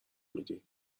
میدی